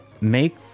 Make